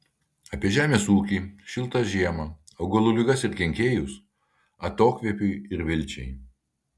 apie žemės ūkį šiltą žiemą augalų ligas ir kenkėjus atokvėpiui ir vilčiai